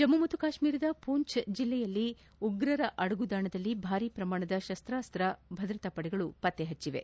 ಜಮ್ಮು ಮತ್ತು ಕಾಶ್ಮೀರದ ಪೂಂಚ್ ಜಿಲ್ಲೆಯಲ್ಲಿ ಉಗ್ರರ ಅಡಗು ತಾಣದಲ್ಲಿ ಭಾರೀ ಪ್ರಮಾಣದ ಶಸ್ತಾಸ್ತ್ರಗಳನ್ನು ಭದ್ರತಾಪಡೆ ಪತ್ತೆ ಹೆಚ್ಚಿವೆ